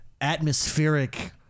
atmospheric